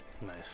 nice